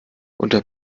unter